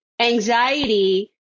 anxiety